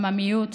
עממיות,